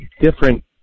different